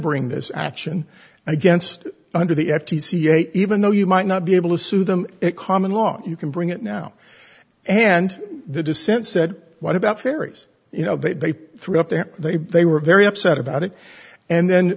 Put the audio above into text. bring this action against under the f t c eight even though you might not be able to sue them it common law you can bring it now and the dissent said what about fairies you know they threw up there they they were very upset about it and then